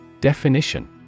Definition